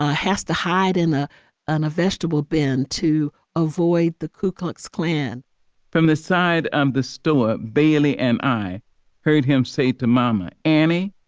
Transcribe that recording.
ah has to hide in a and vegetable bin to avoid the ku klux klan from the side of um the store bailey and i heard him say to mama annie,